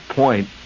point